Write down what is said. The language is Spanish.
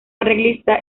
arreglista